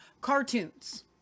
cartoons